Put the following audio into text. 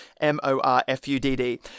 M-O-R-F-U-D-D